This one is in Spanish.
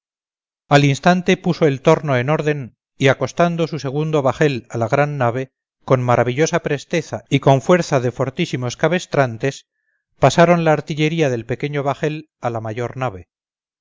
al instante puso el torno en orden y acostando su segundo bajel a la gran nave con maravillosa presteza y con fuerza de fortísimos cabrestrantes pasaron la artillería del pequeño bajel a la mayor nave